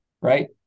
right